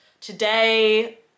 today